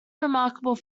remarkable